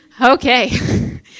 Okay